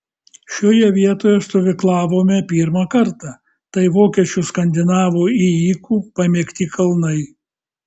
šioje vietoje stovyklavome pirmą kartą tai vokiečių skandinavų ėjikų pamėgti kalnai